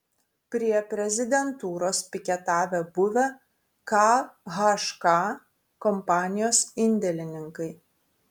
prie prezidentūros piketavę buvę khk kompanijos indėlininkai